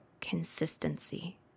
consistency